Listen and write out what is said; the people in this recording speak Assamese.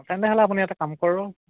তেন্তেহ'লে আপুনি এটা কাম কৰক